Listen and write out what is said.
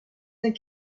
that